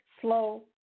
slow